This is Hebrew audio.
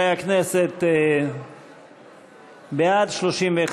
חברי הכנסת, בעד, 31,